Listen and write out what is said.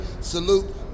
salute